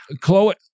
Chloe